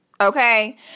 Okay